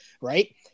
right